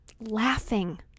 laughing